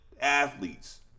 athletes